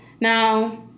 Now